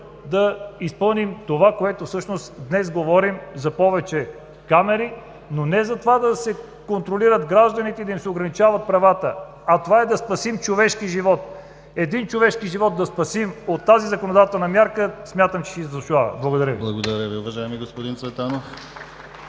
да изпълним това, за което днес говорим – повече камери, но не да се контролират гражданите и да им се ограничават правата. Това е, за да спасим човешки живот. Един човешки живот да спасим от тази законодателна мярка, смятам, че си заслужава. Благодаря Ви.